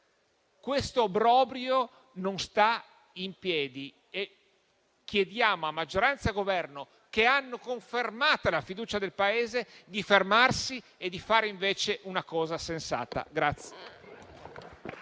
Questo obbrobrio non sta in piedi e chiediamo a maggioranza e Governo, che si sono visti confermata la fiducia da parte del Paese, di fermarsi e di fare invece una cosa sensata.